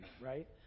right